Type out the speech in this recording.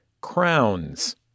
crowns